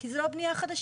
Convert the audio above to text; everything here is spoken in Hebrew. כי זו לא בנייה חדשה.